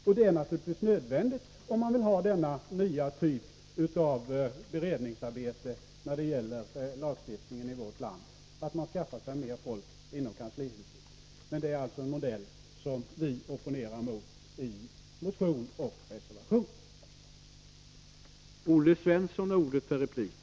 Och det är naturligtvis nödvändigt, om man vill ha denna nya typ av beredningsarbete när det gäller lagstiftningen i vårt land, att man skaffar sig mer folk inom kanslihuset. Men det är alltså en modell som vi opponerar mot i motion och reservation.